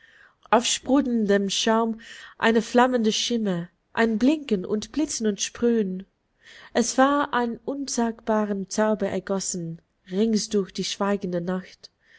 auf sprudelndem schaum einen flammenden schimmer ein blinken und blitzen und sprühn es war ein unsagbarer zauber ergossen rings durch die schweigende nacht